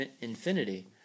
infinity